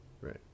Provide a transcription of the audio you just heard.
Right